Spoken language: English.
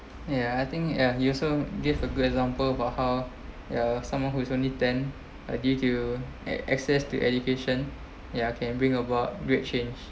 ya I think ya you also give a good example about how uh someone who is only ten uh due to ac~ access to education ya can bring about great change